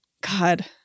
God